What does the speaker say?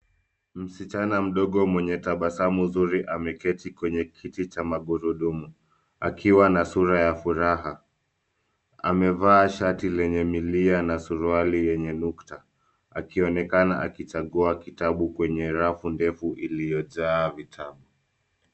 Msichana mdogo mwenye tabasamu nzuri ameketi kwenye kiti cha magurudumu akiwa na sura ya furaha. Amevaa shati lenye milia na suruali yenye nukta akionekana akichagua kitabu kwenye rafu ndefu iliyojaa vitabu.